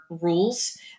rules